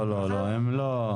לא, מה פתאום.